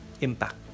impact